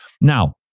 Now